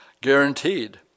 guaranteed